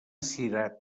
cirat